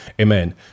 Amen